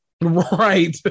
Right